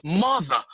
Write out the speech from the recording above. mother